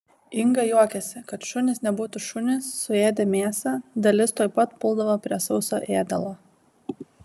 inga juokiasi kad šunys nebūtų šunys suėdę mėsą dalis tuoj pat puldavo prie sauso ėdalo